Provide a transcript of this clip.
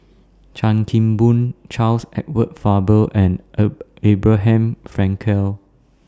Chan Kim Boon Charles Edward Faber and Abraham Frankel